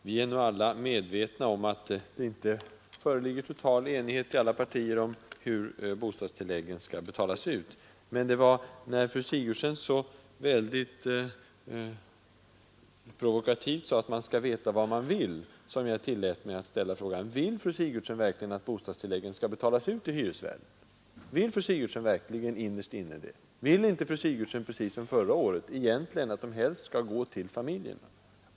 Herr talman! Vi är nog alla medvetna om att det inte föreligger total enighet i alla partier om hur bostadstilläggen skall betalas ut. Det var när fru Sigurdsen så väldigt provokativt sade att man skall veta vad man vill som jag tillät mig att ställa frågan: Vill fru Sigurdsen verkligen att bostadstilläggen skall betalas ut till hyresvärden? Vill fru Sigurdsen verkligen det innerst inne? Vill fru Sigurdsen inte egentligen, precis som förra året, att de skall gå till familjerna?